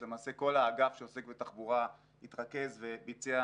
למעשה כל האגף שעוסק בתחבורה התרכז וביצע